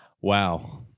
Wow